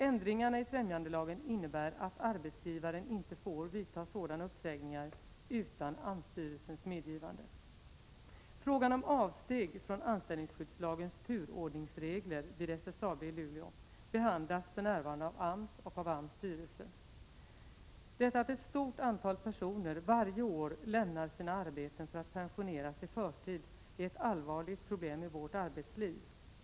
Ändringarna i främjandelagen innebär att arbetsgivaren inte får vidta sådana uppsägningar utan AMS styrelses medgivande. Frågan om avsteg från anställningsskyddslagens turordningsregler vid SSAB i Luleå behandlas för närvarande av AMS och av AMS styrelse. Detta att ett stort antal personer varje år lämnar sina arbeten för att pensioneras i förtid är ett allvarligt problem i vårt arbetsliv.